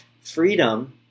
freedom